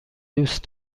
دوست